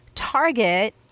Target